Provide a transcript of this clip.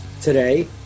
Today